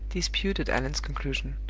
disputed allan's conclusion.